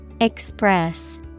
Express